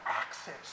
access